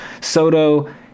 Soto